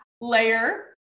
layer